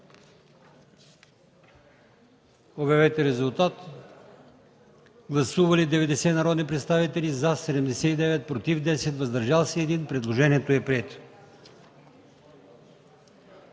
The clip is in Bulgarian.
на гласуване. Гласували 90 народни представители: за 79, против 10, въздържал се 1. Предложението е прието.